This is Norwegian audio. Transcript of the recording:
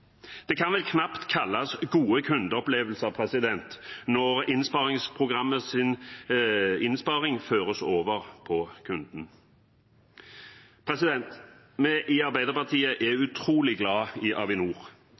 Det kan vel knapt kalles gode kundeopplevelser når innsparing føres over på kunden. Vi i Arbeiderpartiet er utrolig glad i Avinor.